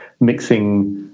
mixing